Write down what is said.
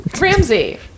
Ramsey